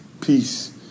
peace